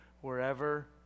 wherever